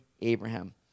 Abraham